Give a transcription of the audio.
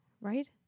Right